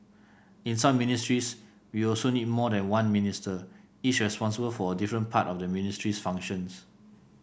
in some ministries we also need more than one Minister each responsible for a different part of the ministry's functions